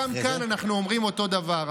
גם כאן אנחנו אומרים אותו דבר.